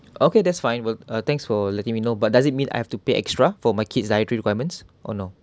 okay that's fine well uh thanks for letting me know but does it mean I have to pay extra for my kids' dietary requirements or no